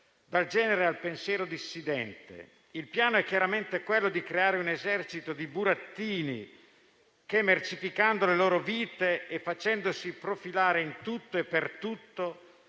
dal genere al pensiero dissidente. Il piano è chiaramente quello di creare un esercito di burattini, che, mercificando le loro vite e facendosi profilare in tutto e per tutto,